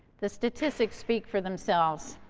the statistics speak for themselves.